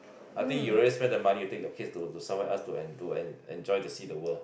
I think you already spend the money to take your kids to to somewhere else to en~ to to enjoy to see the world